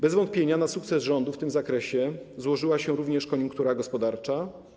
Bez wątpienia na sukces rządu w tym zakresie złożyła się również koniunktura gospodarcza.